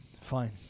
fine